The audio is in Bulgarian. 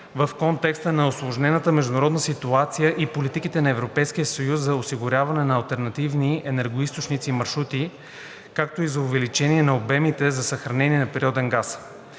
в контекста на усложнената международна ситуация и политиките на Европейския съюз за осигуряване на алтернативни енергоизточници и маршрути, както и за увеличение на обемите за съхранение на природен газ.